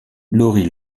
lori